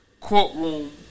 courtroom